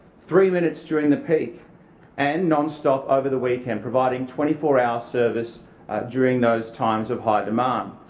three minutes during the peak and non-stop over the weekend providing twenty four hour service during those times of high demand.